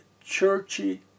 churchy